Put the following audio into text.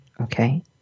Okay